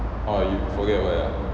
oh you forget where ah